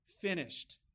finished